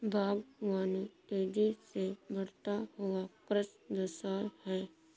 बागवानी तेज़ी से बढ़ता हुआ कृषि व्यवसाय है